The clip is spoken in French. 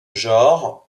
genre